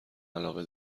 علاقه